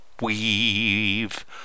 weave